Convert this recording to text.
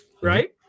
right